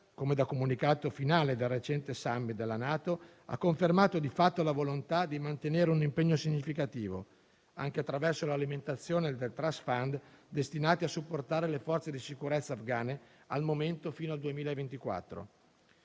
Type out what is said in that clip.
come da comunicato finale del recente *summit* della NATO, ha confermato di fatto la volontà di mantenere un impegno significativo anche attraverso l'alimentazione del *trust fund* destinato a supportare le forze di sicurezza afgane, al momento fino al 2024.